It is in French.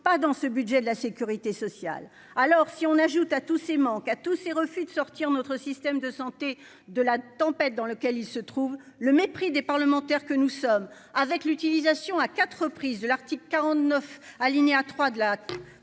pas dans ce budget de la Sécurité sociale, alors si on ajoute à tous ces manques à tous ces refus de sortir notre système de santé de la tempête, dans lequel il se trouve, le mépris des parlementaires que nous sommes, avec l'utilisation à quatre reprises de l'article 49 alinéa 3 de la